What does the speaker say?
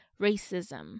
racism